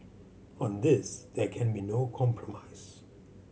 on this there can be no compromise